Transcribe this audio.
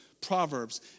Proverbs